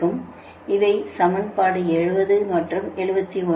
இவை சமன்பாடுகள் 70 மற்றும் 71